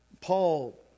Paul